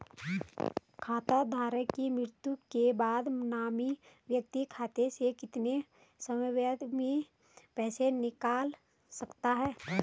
खाता धारक की मृत्यु के बाद नामित व्यक्ति खाते से कितने समयावधि में पैसे निकाल सकता है?